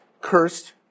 cursed